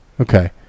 Okay